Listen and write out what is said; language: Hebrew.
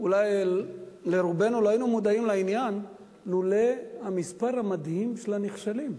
רובנו לא היינו מודעים לעניין לולא המספר המדהים של הנכשלים,